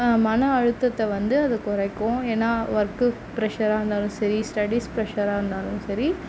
மன அழுத்தத்தை வந்து அது குறைக்கும் ஏன்னா ஒர்க்கு பிரஷராக இருந்தாலும் சரி ஸ்டடீஸ் பிரஷராக இருந்தாலும் சரி